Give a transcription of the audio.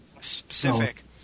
specific